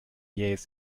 jähes